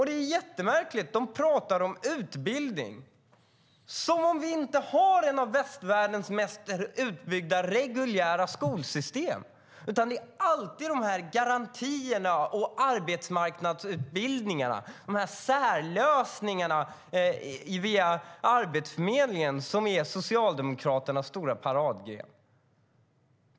Det är jättemärkligt när Socialdemokraterna pratar om utbildning - som om vi inte hade ett av västvärldens mest utbyggda reguljära skolsystem. Det är alltid garantier, arbetsmarknadsutbildningar och särlösningar via Arbetsförmedlingen som är Socialdemokraternas stora paradgren.